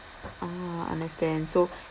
ah I understand so